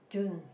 June